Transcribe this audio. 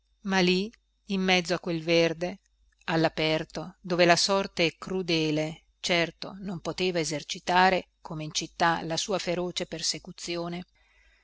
ma lì in mezzo a quel verde allaperto dove la sorte crudele certo non poteva esercitare come in città la sua feroce persecuzione